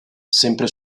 sempre